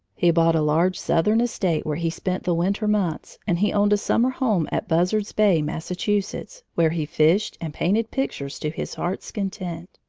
he bought a large southern estate, where he spent the winter months, and he owned a summer home at buzzard's bay, massachusetts, where he fished and painted pictures to his heart's content,